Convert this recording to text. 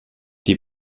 die